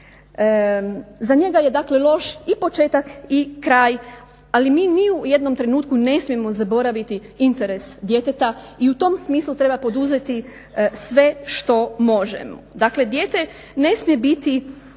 Za njega je dakle loš i početak i kraj, ali mi ni u jednom trenutku ne smijemo zaboraviti interes djeteta i u tom smislu treba poduzeti sve što možemo. Dakle, dijete ne smije biti